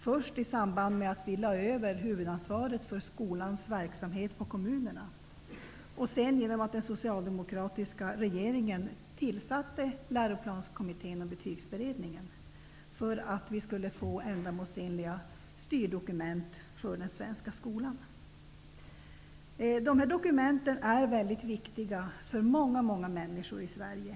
Först i samband med att vi lade över huvudansvaret för skolans verksamhet på kommunerna och sedan genom att den socialdemokratiska regeringen tillsatte Läroplanskommittén och Betygsberedningen för att vi skulle få ändamålsenliga styrdokument för den svenska skolan. Dessa dokument är mycket viktiga för många människor i Sverige.